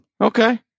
Okay